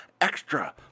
extra